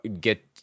get